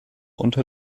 unter